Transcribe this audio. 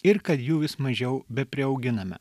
ir kad jų vis mažiau bepriauginame